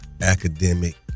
academic